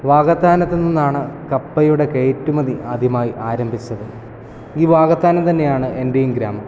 വാകത്താനത്തിൽ നിന്നാണ് കപ്പയുടെ കയറ്റുമതി ആദ്യമായി ആരംഭിച്ചത് ഈ വാകത്താനം തന്നെയാണ് എൻ്റെയും ഗ്രാമം